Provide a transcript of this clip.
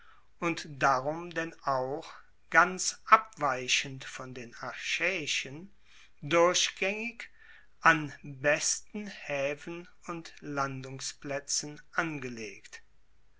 und darum denn auch ganz abweichend von den achaeischen durchgaengig an den besten haefen und landungsplaetzen angelegt